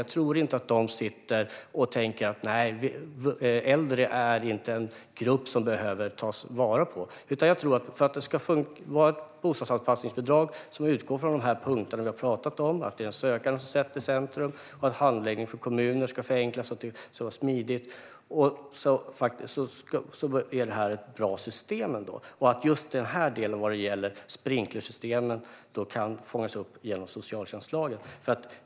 Jag tror inte att de sitter och tänker: Nej, äldre är inte en grupp som vi behöver ta vara på. För att det ska vara ett bostadsanpassningsbidrag som utgår från de punkter vi har talat om - att det är den sökande som sätts i centrum, att handläggningen för kommuner ska förenklas och att det ska vara smidigt - tror jag ändå att detta är ett bra system. Just den här delen, alltså vad gäller sprinklersystemen, kan fångas upp genom socialtjänstlagen.